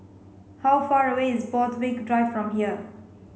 how far away is Borthwick Drive from here